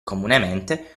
comunemente